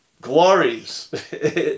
glories